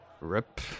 RIP